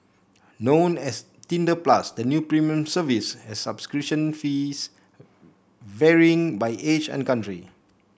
known as Tinder Plus the new premium service has subscription fees varying by age and country